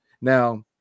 Now